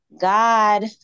God